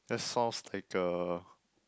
that sounds like a